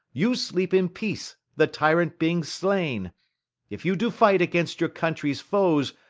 you sleep in peace, the tyrant being slain if you do fight against your country's foes,